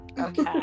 Okay